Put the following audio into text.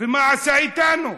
ומה עשה איתנו.